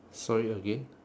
sorry again